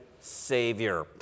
Savior